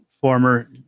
former